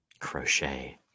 Crochet